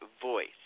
voice